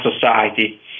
society